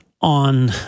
On